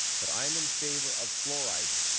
but i'm in favour of fluoride.